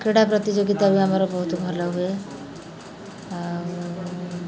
କ୍ରୀଡ଼ା ପ୍ରତିଯୋଗିତା ବି ଆମର ବହୁତ ଭଲ ହୁଏ ଆଉ